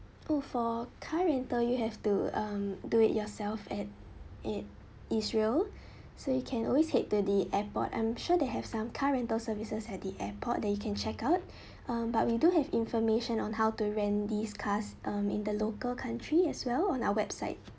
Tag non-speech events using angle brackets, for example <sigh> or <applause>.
oh for car rental you have to um do it yourself at it israel <breath> so you can always head the the airport I'm sure they have some car rental services at the airport that you can check out <breath> but we do have information on how to rent these cars um in the local country as well on our website